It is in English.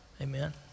amen